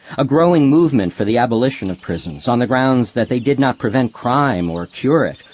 a growing movement for the abolition of prisons on the grounds that they did not prevent crime or cure it,